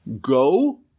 Go